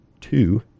two